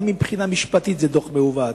גם מבחינה משפטית זה דוח מעוות.